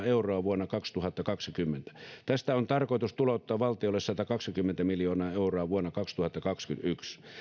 euroa vuonna kaksituhattakaksikymmentä tästä on tarkoitus tulouttaa valtiolle satakaksikymmentä miljoonaa euroa vuonna kaksituhattakaksikymmentäyksi